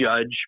judge